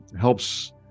helps